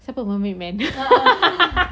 apa mermaid man